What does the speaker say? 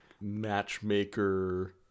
matchmaker